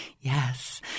Yes